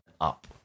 up